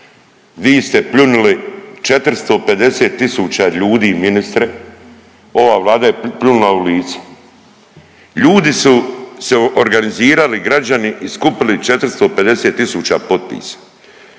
vi ste pljunuli 450000 ljudi ministre, ova Vlada je pljunula u lice. Ljudi su se organizirali građani i skupili 450000 potpisa.